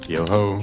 Yo-ho